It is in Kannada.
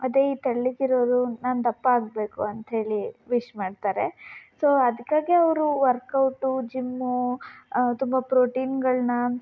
ಅದೇ ಈ ತೆಳ್ಳಗಿರೋರು ನಾನು ದಪ್ಪ ಆಗಬೇಕು ಅಂತ ಹೇಳಿ ವಿಶ್ ಮಾಡ್ತಾರೆ ಸೊ ಅದಕ್ಕಾಗೇ ಅವರು ವರ್ಕೌಟು ಜಿಮ್ಮು ತುಂಬ ಪ್ರೊಟೀನ್ಗಳನ್ನ